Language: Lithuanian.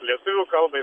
lietuvių kalbai